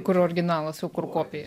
kur originalas o kur kopija